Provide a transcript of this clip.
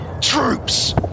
troops